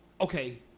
Okay